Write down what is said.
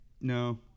No